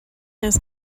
his